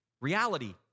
reality